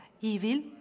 evil